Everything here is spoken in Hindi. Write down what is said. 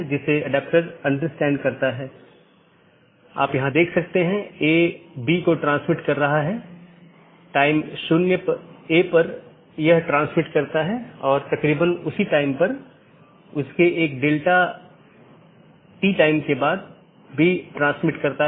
किसी भी ऑटॉनमस सिस्टमों के लिए एक AS नंबर होता है जोकि एक 16 बिट संख्या है और विशिष्ट ऑटोनॉमस सिस्टम को विशिष्ट रूप से परिभाषित करता है